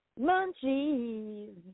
munchies